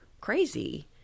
crazy